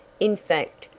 in fact,